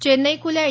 चेन्नई खुल्या ए